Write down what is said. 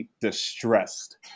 distressed